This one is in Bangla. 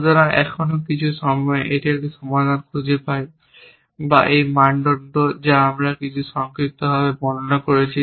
সুতরাং এখনও কিছু সময়ে এটি একটি সমাধান খুঁজে পায় বা এই মানদণ্ড যা আমরা কিছুটা সংক্ষিপ্তভাবে বর্ণনা করেছি